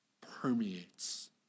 permeates